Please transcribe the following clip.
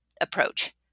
approach